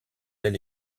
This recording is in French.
elle